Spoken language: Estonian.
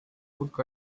hulk